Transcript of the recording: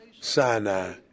Sinai